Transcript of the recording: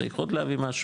צריך להביא עוד משהו,